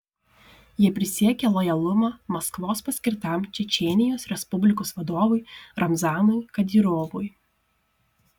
jie prisiekė lojalumą maskvos paskirtam čečėnijos respublikos vadovui ramzanui kadyrovui